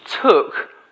took